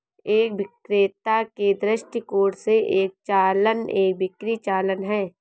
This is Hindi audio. एक विक्रेता के दृष्टिकोण से, एक चालान एक बिक्री चालान है